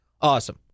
Awesome